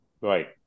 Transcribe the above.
Right